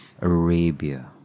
Arabia